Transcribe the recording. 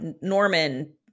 norman